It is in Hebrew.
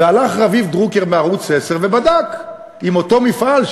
והלך רביב דרוקר מערוץ 10 ובדק אם אותו מפעל,